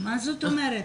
מה זאת אומרת?